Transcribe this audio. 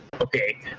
okay